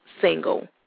single